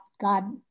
God